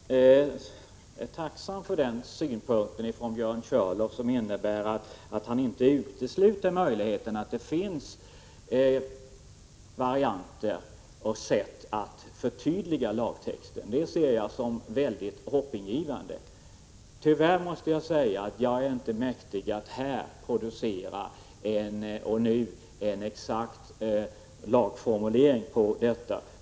Herr talman! Jag är tacksam för den synpunkten från Björn Körlof som innebär att han inte utesluter möjligheten att det finns varianter och sätt att förtydliga lagtexten. Det ser jag som väldigt hoppingivande. Tyvärr är jag inte mäktig att här och nu producera en exakt lagformulering.